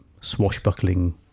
swashbuckling